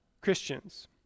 Christians